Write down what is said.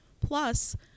Plus